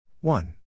One